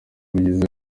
abagize